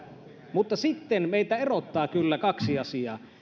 mutta sitten meitä erottaa kyllä kaksi asiaa